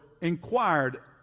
inquired